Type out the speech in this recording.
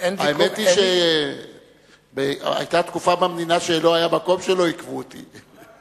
האמת היא שהיתה תקופה במדינה שלא היה מקום שלא עיכבו אותי.